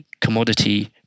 commodity